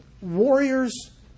Warriors